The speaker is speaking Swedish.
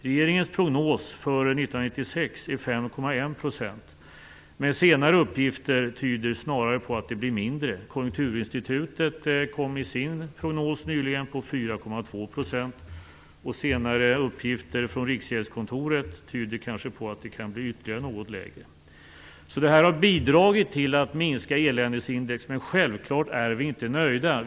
Regeringens prognos för 1996 är 5,1 %, men senare uppgifter tyder snarare på att det blir mindre. Konjunkturinstitutet hamnade i sin prognos nyligen på 4,2 %, och senare uppgifter från Riksgäldskontoret tyder kanske på att det kan bli ytterligare något lägre. Det här har bidragit till att minska eländesindex, men självklart är vi inte nöjda.